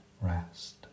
rest